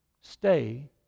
stay